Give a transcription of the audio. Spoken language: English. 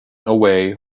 away